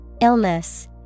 Illness